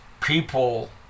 people